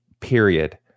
period